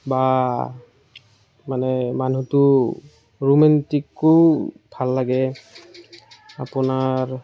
বা মানে মানুহটো ৰোমান্তিকো ভাল লাগে আপোনাৰ